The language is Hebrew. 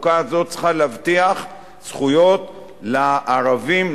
החוקה הזאת צריכה להבטיח זכויות לערבים,